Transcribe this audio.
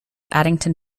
addington